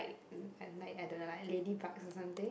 mm like like I don't know like ladybugs or something